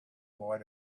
boy